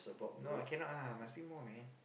no cannot ah must be more man